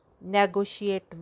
negotiate